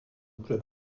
club